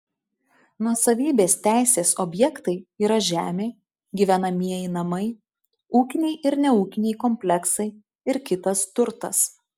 nuosavybės teisės objektai yra žemė gyvenamieji namai ūkiniai ir neūkiniai kompleksai ir kitas turtas